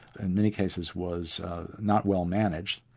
in many cases was not well managed,